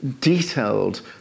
detailed